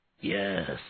Yes